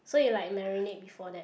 so you like marinate before that